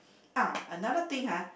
ah another thing !huh!